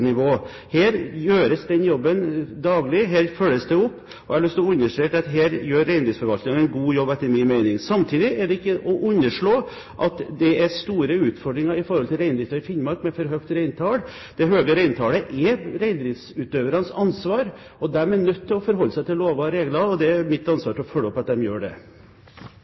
opp, og jeg har lyst til å understreke at her gjør reindriftsforvalterne en god jobb, etter min mening. Samtidig er det ikke til å underslå at det er store utfordringer i forhold til reindriften i Finnmark med for høyt reintall. Det høye reintallet er reindriftsutøvernes ansvar, og de er nødt til å forholde seg til lover og regler, og det er mitt ansvar å følge opp at de gjør det.